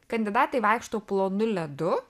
kandidatai vaikšto plonu ledu